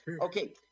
Okay